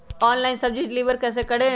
Online सब्जी deliver कैसे करें?